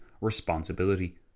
responsibility